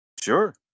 sure